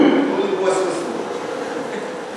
הוא יוסווס לו.